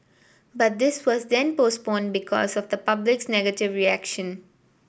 but this was then postponed because of the public's negative reaction